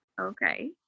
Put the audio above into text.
Okay